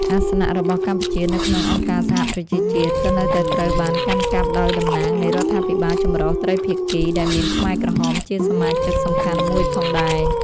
អាសនៈរបស់កម្ពុជានៅក្នុងអង្គការសហប្រជាជាតិ ក៏នៅតែត្រូវបានកាន់កាប់ដោយតំណាងនៃរដ្ឋាភិបាលចម្រុះត្រីភាគី ដែលមានខ្មែរក្រហមជាសមាជិកសំខាន់មួយផងដែរ។